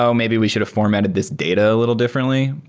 so maybe we should've formatted this data a little differently,